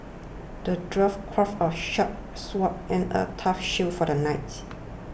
the dwarf crafted a sharp sword and a tough shield for the knight